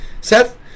Seth